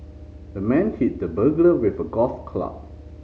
the man hit the burglar with a golf club